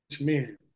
men